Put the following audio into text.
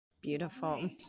Beautiful